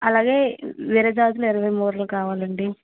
అలాగే ఎర్రజాజులు ఇరవై మూరలు కావాలండి